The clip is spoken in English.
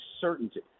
certainty